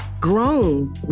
grown